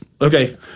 Okay